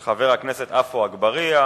של חבר הכנסת עפו אגבאריה: